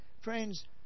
Friends